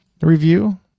review